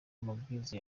amabwiriza